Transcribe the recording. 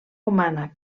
humana